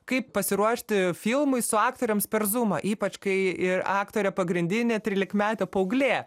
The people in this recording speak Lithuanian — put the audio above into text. kaip pasiruošti filmui su aktoriams per zūmą ypač kai ir aktorė pagrindinė trylikmetė paauglė